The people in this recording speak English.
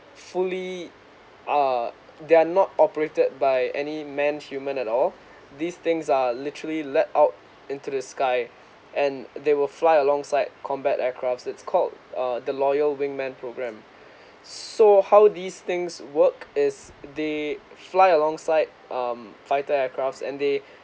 fully uh they are not operated by any man human at all these things are literally let out into the sky and they will fly alongside combat aircrafts it's called uh the loyal wing man program so how these things work is they fly alongside um fighter aircrafts and they